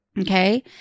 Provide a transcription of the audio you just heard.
Okay